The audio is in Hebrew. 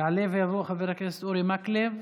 יעלה ויבוא חבר הכנסת אורי מקלב,